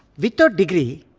without degree,